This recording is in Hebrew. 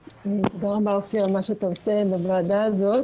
תודה רבה, אופיר, על מה שאתה עושה בוועדה הזאת.